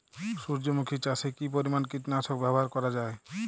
সূর্যমুখি চাষে কি পরিমান কীটনাশক ব্যবহার করা যায়?